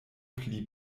pli